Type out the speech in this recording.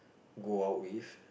go out with